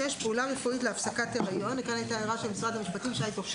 (5)פעולה פולשנית בתחום הפריות כגון הזרעה מלאכותית,